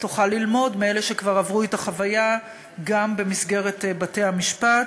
תוכל ללמוד מאלה שכבר עברו את החוויה גם במסגרת בתי-המשפט.